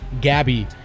Gabby